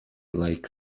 like